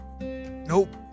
Nope